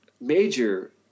major